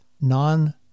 non